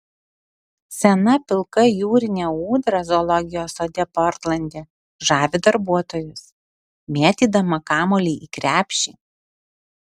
sena pilka jūrinė ūdra zoologijos sode portlande žavi darbuotojus mėtydama kamuolį į krepšį